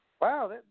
Wow